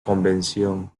convención